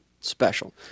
special